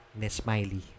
Nesmiley